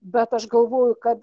bet aš galvoju kad